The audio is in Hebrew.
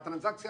הטרנסקציה,